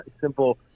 simple